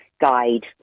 guide